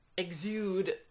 Exude